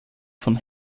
von